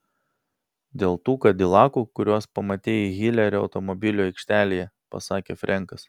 dėl tų kadilakų kuriuos pamatei hilerio automobilių aikštelėje pasakė frenkas